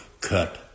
cut